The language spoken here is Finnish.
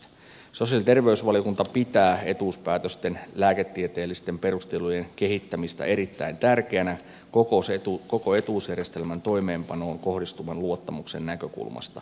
sosiaali ja terveysvaliokunta pitää etuuspäätösten lääketieteellisten perustelujen kehittämistä erittäin tärkeänä koko etuusjärjestelmän toimeenpanoon kohdistuvan luottamuksen näkökulmasta